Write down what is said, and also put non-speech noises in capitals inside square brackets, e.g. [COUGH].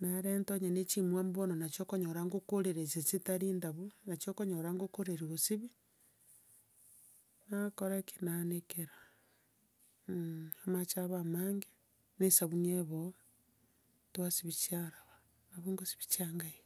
Narenta nonya na echiwamu bono nachi okonyora ngokorera echi chitari ndabu, nachia okonyora nkokoreria kosibia, nakora ki? Naanekera, [HESITATION] amache abe amange, na esabuni ebe ororo twasibia chiaraba, nabo nkosibia chianga eh.